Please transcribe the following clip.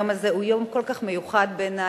היום הזה הוא יום כל כך מיוחד בעיני,